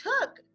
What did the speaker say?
took